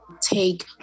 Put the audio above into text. take